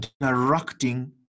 interacting